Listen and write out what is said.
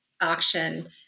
auction